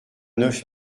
neuf